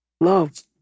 love